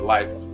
Life